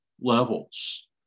levels